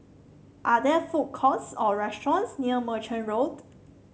are there food courts or restaurants near Merchant Road